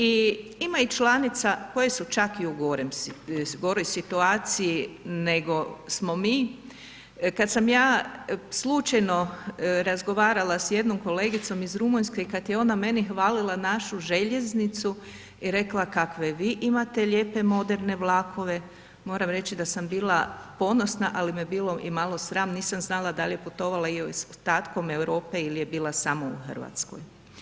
I ima i članica koje su čak i u goroj situaciji nego smo mi, kad sam ja slučajno razgovarala s jednom kolegicom iz Rumunjske i kad je ona meni hvalila našu željeznicu i rekla kakve vi imate lijepe moderne vlakove, moram reći da sam bila ponosna, ali me bilo i malo sram nisam znala da li je putovala i ostatkom Europe ili je bila samo u Hrvatskoj.